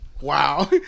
wow